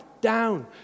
down